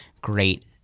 great